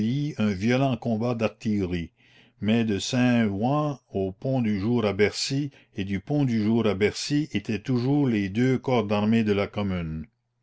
un violent combat d'artillerie mais de saint-ouen au point-du-jour à bercy et du point-du-jour à bercy étaient toujours les deux corps d'armées de la commune